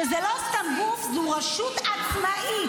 שזה לא סתם גוף, זו רשות עצמאית.